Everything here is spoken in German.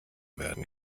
werden